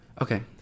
Okay